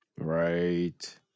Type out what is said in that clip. Right